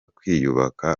kwiyubaka